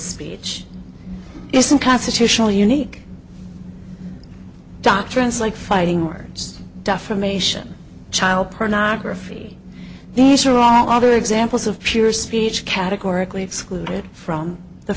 speech isn't constitutional unique doctrines like fighting words defamation child pornography these are all other examples of pure speech categorically excluded from the